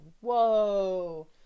whoa